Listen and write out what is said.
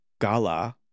Gala